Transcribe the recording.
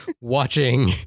watching